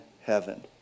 heaven